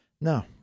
No